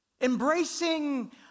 embracing